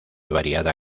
variada